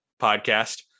podcast